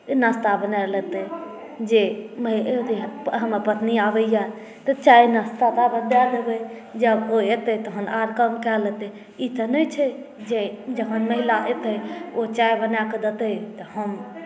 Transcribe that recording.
नाश्ता बना लेतै जे अथी हमर पत्नी आबैए तऽ चाय नाश्ता दए देबै जब ओ एतै तहन आर काम कए लेतै ई तऽ नहि छै जे हमर महिला एतै ओ चाय बनाए कऽ देतै तऽ हम